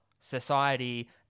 society